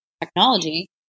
technology